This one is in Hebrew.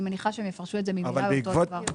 אני מניחה שהם יפרשו את זה ממילא אותו דבר.